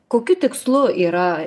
kokiu tikslu yra